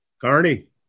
Carney